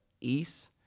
East